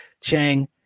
Chang